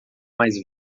mais